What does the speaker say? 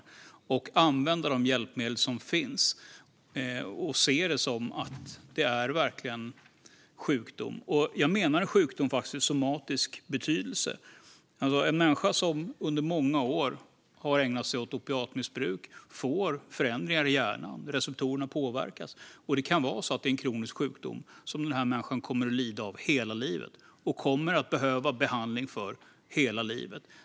Vi behöver använda de hjälpmedel som finns och se det som att det verkligen är en sjukdom, och då menar jag faktiskt sjukdom i somatisk betydelse. En människa som under många år har ägnat sig åt opiatmissbruk får förändringar i hjärnan, där receptorerna påverkas. Det kan vara en kronisk sjukdom som människan kommer att lida av och behöva behandling för hela livet.